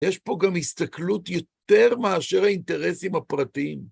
יש פה גם הסתכלות יותר מאשר האינטרסים הפרטיים.